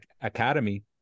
academy